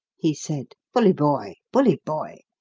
he said. bully boy! bully boy!